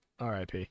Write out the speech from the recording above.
RIP